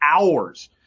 hours